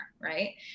right